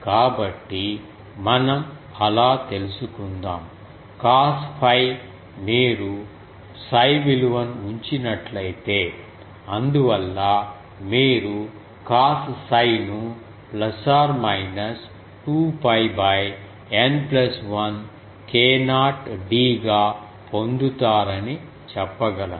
కాబట్టి మనం అలా తెలుసుకుందాం కాస్ 𝝓 మీరు 𝜓 విలువను ఉంచినట్లయితే అందువల్ల మీరు cos 𝜓 ను 2 𝜋 N 1 k0d గా పొందుతారని చెప్పగలను